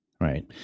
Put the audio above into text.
Right